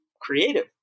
creative